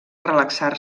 relaxar